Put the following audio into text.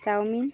chowmein